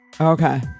Okay